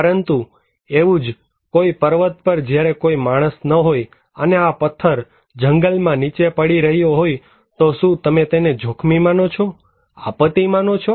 પરંતુ જો એવું જ કોઈ પર્વત પર જ્યારે કોઈ માણસ ન હોય અને આ પથ્થર જંગલમાં નીચે પડી રહ્યો હોય તો શું તમે તેને જોખમી માનો છો આપત્તિ માનો છો